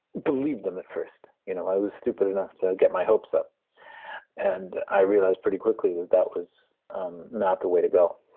believed them at first. you know i was stupid enough to get my hopes up and i realized pretty quickly that, that was um not the way to go.